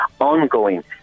ongoing